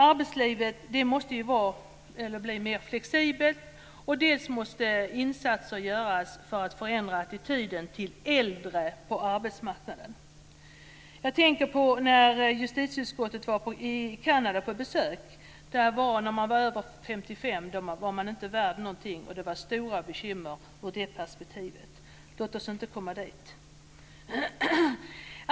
Arbetslivet måste bli mer flexibelt. Insatser måste göras för att förändra attityden till äldre på arbetsmarknaden. Jag tänker på justitieutskottets besök i Kanada. Vi fick veta att man inte är värd någonting om man är över 55. Det var stora bekymmer ur det perspektivet. Låt oss inte komma dit.